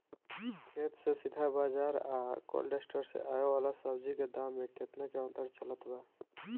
खेत से सीधा बाज़ार आ कोल्ड स्टोर से आवे वाला सब्जी के दाम में केतना के अंतर चलत बा?